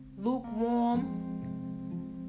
Lukewarm